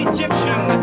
Egyptian